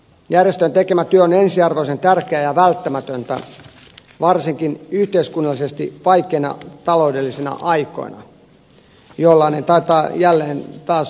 järjestön tekemä työ on ensiarvoisen tärkeää ja välttämätöntä varsinkin yhteiskunnallisesti vaikeina taloudellisina aikoina jollainen taitaa jälleen olla tulossa